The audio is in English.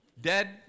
dead